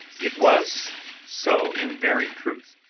it was so in very truth,